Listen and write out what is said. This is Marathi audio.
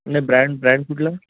नाही ब्रँड ब्रँड कुठला